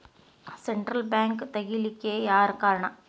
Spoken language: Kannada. ಸೆಂಟ್ರಲ್ ಬ್ಯಾಂಕ ತಗಿಲಿಕ್ಕೆಯಾರ್ ಕಾರಣಾ?